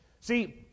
See